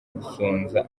gusonza